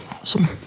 Awesome